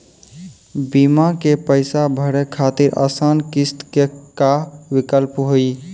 बीमा के पैसा भरे खातिर आसान किस्त के का विकल्प हुई?